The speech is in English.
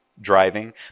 driving